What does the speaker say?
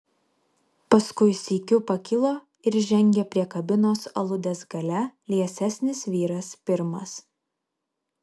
paskui sykiu pakilo ir žengė prie kabinos aludės gale liesesnis vyras pirmas